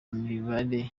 mibare